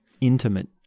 intimate